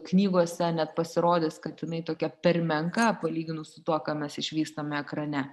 knygose net pasirodys kad jinai tokia per menka palyginus su tuo ką mes išvystame ekrane